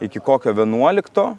iki kokio vienuolikto